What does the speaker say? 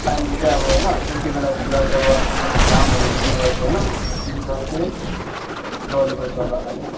पानी चाहिँ अब होइन उल्टी बेलातिर जब घामहरू डुब्ने गर्छ होइन त्यतिखेर चाहिँ गर्नुपर्छ होला है